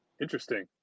Interesting